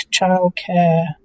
childcare